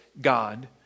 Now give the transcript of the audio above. God